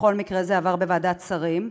שבכל מקרה עברה בוועדת שרים?